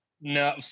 no